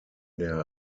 der